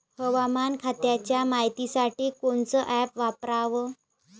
हवामान खात्याच्या मायतीसाठी कोनचं ॲप वापराव?